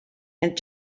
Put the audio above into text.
and